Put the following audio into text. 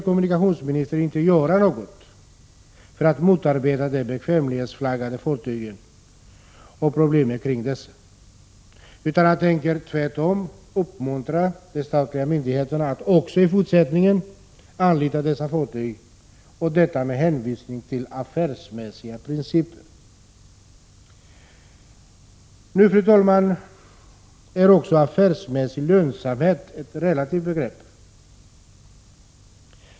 Kommunikationsministern tänker inte göra något för att motarbeta de bekvämlighetsflaggade fartygen och problemen kring dessa, utan han tänker tvärtom uppmuntra de statliga myndigheterna att också i fortsättningen anlita dessa fartyg, och detta med hänvisning till affärsmässiga principer. Även affärsmässig lönsamhet är ett relativt begrepp, fru talman.